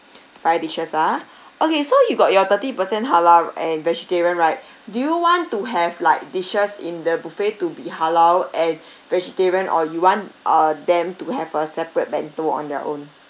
five dishes ah okay so you got your thirty percent halal and vegetarian right do you want to have like dishes in the buffet to be halal and vegetarian or you want uh them to have a separate bento on their own